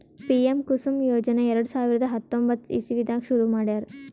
PM Kusum ಯೋಜನೆ ಎರಡ ಸಾವಿರದ್ ಹತ್ತೊಂಬತ್ತ್ ಇಸವಿದಾಗ್ ಶುರು ಮಾಡ್ಯಾರ್